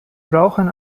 brauchen